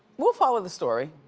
we'll follow the story.